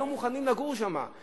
היום מוכנים לגור שם.